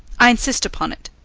i insist upon it.